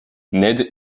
ned